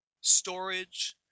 storage